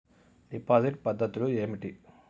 Deposit పద్ధతులు ఏమిటి?